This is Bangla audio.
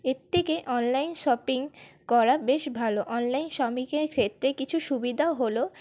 এর থেকে অনলাইন শপিং করা বেশ ভালো অনলাইন শপিং এর ক্ষেত্রে কিছু সুবিধা হল